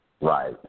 Right